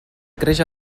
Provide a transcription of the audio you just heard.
creix